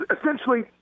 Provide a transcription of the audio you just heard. essentially